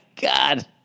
God